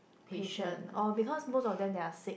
patient oh because most of them they are sick